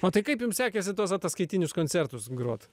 o tai kaip jums sekėsi tuos ataskaitinius koncertus grot